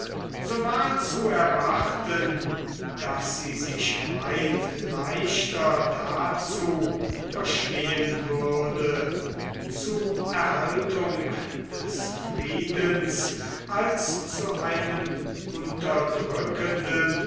so war zu erwarten daß sie sich weit leichter dazu verstehen würde zu erhaltung des friedens als zu einem unterdrückenden